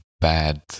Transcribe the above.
bad